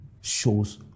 shows